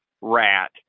RAT